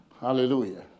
hallelujah